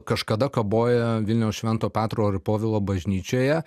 kažkada kaboję vilniaus švento petro ir povilo bažnyčioje